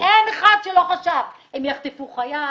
אין אחד שלא חשב: הם יחטפו חייל,